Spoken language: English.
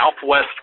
southwest